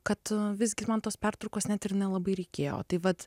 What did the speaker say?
kad visgi man tos pertraukos net ir nelabai reikėjo tai vat